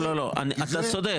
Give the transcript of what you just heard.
לא, לא, אתה צודק.